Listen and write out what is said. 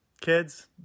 Kids